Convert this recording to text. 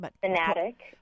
Fanatic